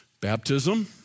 baptism